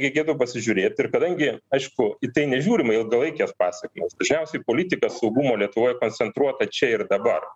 reikėtų pasižiūrėt ir kadangi aišku į tai nežiūrima ilgalaikės pasekmės dažniausiai politika saugumo lietuvoj koncentruota čia ir dabar